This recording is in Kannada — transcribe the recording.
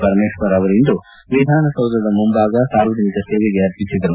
ಪರಮೇಶ್ವರ್ ಅವರಿಂದು ವಿಧಾನಸೌಧ ಮುಂಭಾಗ ಸಾರ್ವಜನಿಕ ಸೇವೆಗೆ ಅರ್ಪಿಸಿದರು